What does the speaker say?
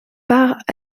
part